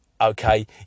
Okay